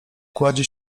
kładzie